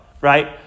right